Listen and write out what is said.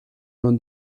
non